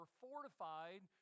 fortified